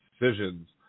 decisions